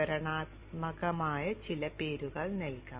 വിവരണാത്മകമായ ചില പേരുകൾ നൽകാം